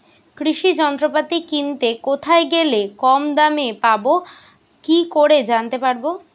কৃষি যন্ত্রপাতি কিনতে কোথায় গেলে কম দামে পাব কি করে জানতে পারব?